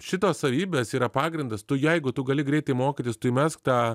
šitos savybės yra pagrindas tu jeigu tu gali greitai mokytis tu įmesk tą